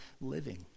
living